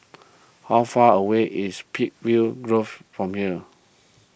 how far away is Peakville Grove from here